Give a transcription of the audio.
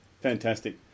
Fantastic